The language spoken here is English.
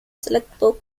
selectable